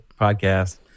podcast